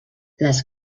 les